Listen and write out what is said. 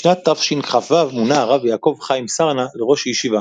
בשנת תשכ"ו מונה הרב יעקב חיים סרנא לראש ישיבה,